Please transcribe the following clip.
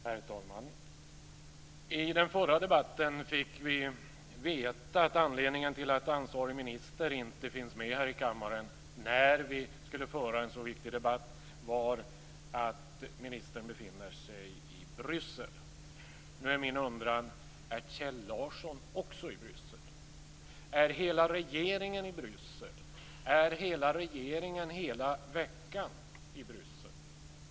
Herr talman! I den förra debatten fick vi veta att anledningen till att ansvarig minister inte finns med här i kammaren när vi har en så viktig debatt var att ministern befinner sig i Bryssel. Då är min undran: Är Kjell Larsson också i Bryssel? Är hela regeringen i Bryssel? Är hela regeringen hela veckan i Bryssel?